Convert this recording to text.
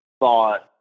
thought